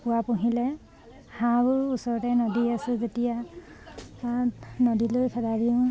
কুকুৰা পুহিলে হাঁহো ওচৰতে নদী আছোঁ যেতিয়া নদীলৈ খেদাই দিওঁ